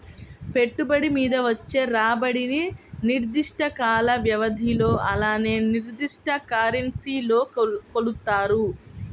పెట్టుబడి మీద వచ్చే రాబడిని నిర్దిష్ట కాల వ్యవధిలో అలానే నిర్దిష్ట కరెన్సీలో కొలుత్తారు